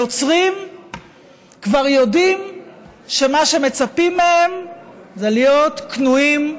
היוצרים כבר יודעים שמה שמצפים מהם זה להיות כנועים,